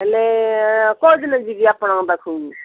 ହେଲେ କୋଉଦିନ ଯିବି ଆପଣଙ୍କ ପାଖକୁ